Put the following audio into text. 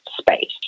space